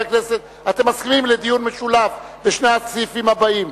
אתם מסכימים לדיון משולב בשני הסעיפים הבאים,